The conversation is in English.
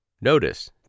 Notice